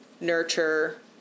nurture